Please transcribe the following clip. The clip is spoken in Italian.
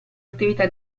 attività